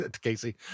Casey